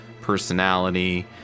personality